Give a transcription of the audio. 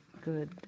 good